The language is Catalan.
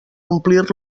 omplir